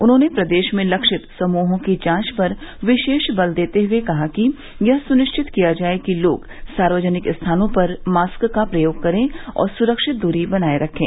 उन्होंने प्रदेश में लक्षित समूहों की जांच पर विशेष बल देते कहा कि यह सुनिश्चित किया जाए कि लोग सार्वजनिक स्थानों पर मास्क का प्रयोग करें और सुरक्षित दूरी बनाए रखें